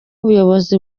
ubuyobozi